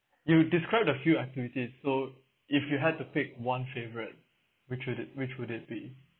you've described a few activities so if you had to pick one favourite which would it which would it be